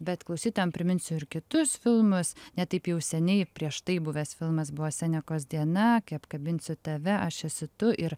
bet klausytojam priminsiu ir kitus filmus ne taip jau seniai prieš tai buvęs filmas buvo senekos diena kai apkabinsiu tave aš esi tu ir